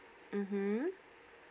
mm hmm